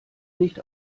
nicht